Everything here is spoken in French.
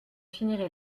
finirai